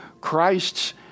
Christ's